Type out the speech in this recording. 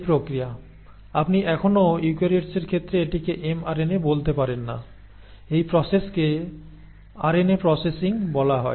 এই প্রক্রিয়া আপনি এখনও ইউক্যারিওটসের ক্ষেত্রে এটিকে এমআরএনএ বলতে পারেন না এই প্রসেসকে আরএনএ প্রসেসিং বলা হয়